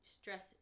stress